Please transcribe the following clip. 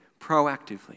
proactively